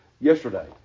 yesterday